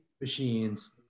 machines